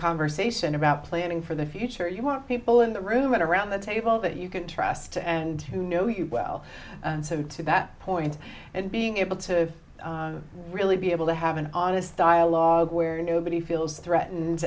conversation about planning for the future you want people in the room and around the table that you can trust and who know you well and so to that point and being able to really be able to have an honest dialogue where nobody feels threatened